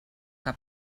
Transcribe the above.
que